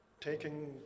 taking